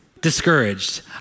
discouraged